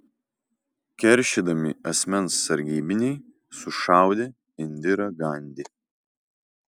keršydami asmens sargybiniai sušaudė indirą gandi